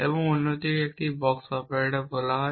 এবং অন্যটিকে একটি বক্স অপারেটর বলা হয়